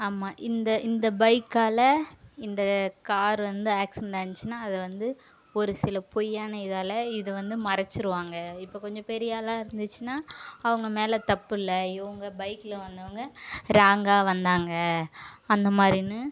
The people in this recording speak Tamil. ஆமாம் இந்த இந்த பைக்கால இந்த கார் வந்து ஆக்சிரெண்ட் ஆணுச்சுன்னா அது வந்து ஒரு சில பொய்யான இதால் இது வந்து மறைச்சிடுவாங்க இப்போ கொஞ்சம் பெரியாளாக இருந்துச்சுன்னா அவங்க மேல தப்புல்ல இவங்க பைகில் வந்தவங்க ராங்காக வந்தாங்க அந்த மாதிரின்னு